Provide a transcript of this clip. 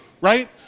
Right